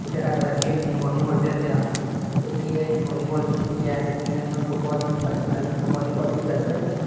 असें खेलने लेई बाॅलीबाल बी रक्खे दा ते एह् हे कि बाॅलीबाल बिच बी ऐ हून फुटबाल दी बी स्पैशली गल्ल करां बाॅलीबाल दी बी गल्ल करा